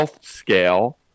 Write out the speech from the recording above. scale